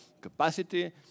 capacity